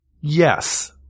Yes